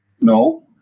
no